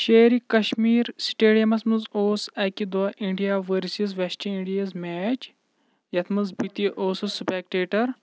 شیرِ کشمیر سٹیڈیمس منٛز اوس اکہٕ دۄہ India versus West Indies match یتھ منٛز بہٕ تہِ اوسُس سُپیٚکٹیٹر